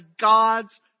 God's